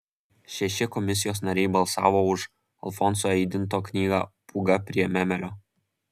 šeši komisijos nariai balsavo už alfonso eidinto knygą pūga prie memelio